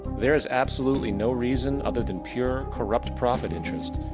there is absolutely no reason, other than pure corrupt profit interests,